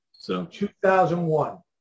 2001